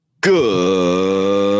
Good